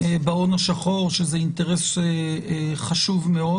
בהון השחור, שזה אינטרס חשוב מאוד.